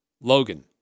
Logan